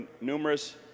numerous